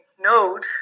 node